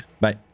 Bye